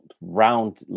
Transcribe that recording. round